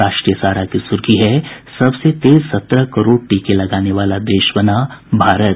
राष्ट्रीय सहारा की सुर्खी है सबसे तेज सत्रह करोड़ टीके लगाने वाला देश बना भारत